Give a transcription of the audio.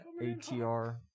ATR